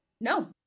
no